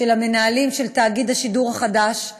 של המנהלים של תאגיד השידור החדש,